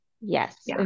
yes